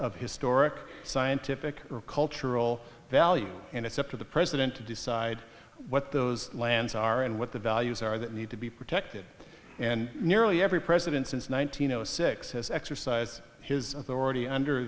of historic scientific or cultural values and it's up to the president to decide what those lands are and what the values are that need to be protected and nearly every president since one thousand no six has exercised his authority under